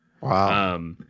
Wow